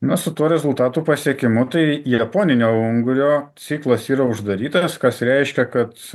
na su tuo rezultatų pasiekimu tai japoninio ungurio ciklas yra uždarytas kas reiškia kad